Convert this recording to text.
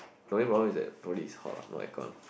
the only problem is that probably is hot ah no aircon